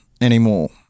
anymore